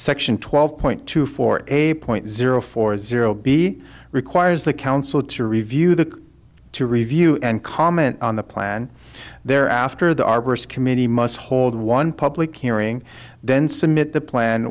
section twelve point two four eight point zero four zero b requires the council to review the to review and comment on the plan there after the arborist committee must hold one public hearing then submit the plan